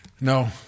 No